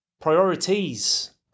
Priorities